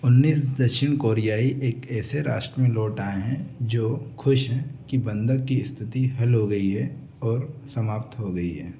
उन्नीस दक्षिण कोरियाई एक ऐसे राष्ट्र में लौट आएं हैं जो खुश हैं कि बंधक की स्थिति हल हो गई है और समाप्त हो गई है